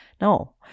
No